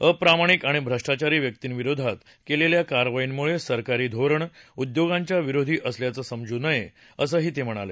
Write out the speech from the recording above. अप्रामाणिक आणि भ्रष्टाचारी व्यक्तींविरोधात केलेल्या कारवाईमुळे सरकारी धोरण उद्योगांच्या विरोधी असल्याचं समजू नये असंही ते म्हणाले